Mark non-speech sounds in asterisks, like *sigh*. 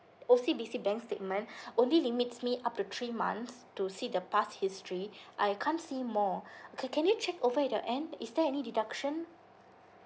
O_C_B_C bank's statement *breath* only limits me up to three months to see the past history I can't see more *breath* okay can you check over at your end is there any deduction